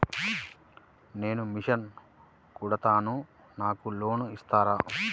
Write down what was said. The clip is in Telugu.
నేను మిషన్ కుడతాను నాకు లోన్ ఇస్తారా?